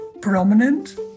prominent